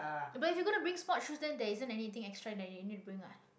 but if you gonna bring sports shoes then there isn't anything extra that you need to bring what